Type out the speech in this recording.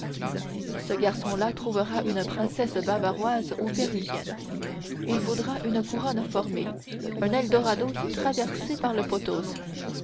ce garçon-là trouvera une princesse bavaroise ou péruvienne il voudra une couronne fermée un eldorado traversé par le potose